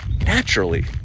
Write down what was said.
Naturally